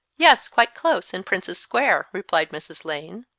yes, quite close, in prince's square, replied mrs. lane.